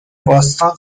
باستان